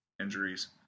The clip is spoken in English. injuries